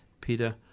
peter